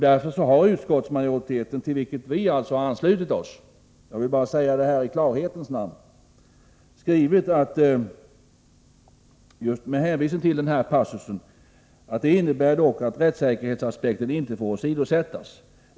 Därför har utskottsmajoriteten, till vilken vi alltså har anslutit oss med hänvisning till denna passus skrivit: ”Detta innebär dock att rättssäkerhetsaspekten inte får åsidosättas.